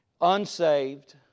unsaved